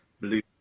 blue